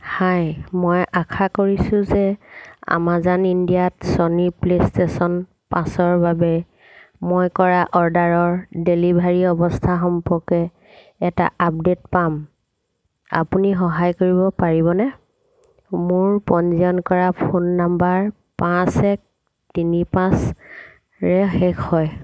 হাই মই আশা কৰিছোঁ যে আমাজন ইণ্ডিয়াত ছনী প্লে'ষ্টেচন ৰ্পাচৰ বাবে মই কৰা অৰ্ডাৰৰ ডেলিভাৰী অৱস্থা সম্পৰ্কে এটা আপডে'ট পাম আপুনি সহায় কৰিব পাৰিবনে মোৰ পঞ্জীয়ন কৰা ফোন নম্বৰ পাঁচ এক তিনি পাঁচৰে শেষ হয়